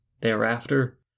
Thereafter